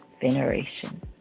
veneration